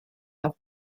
have